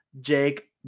Jake